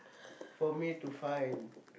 for me to find